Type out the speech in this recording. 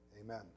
amen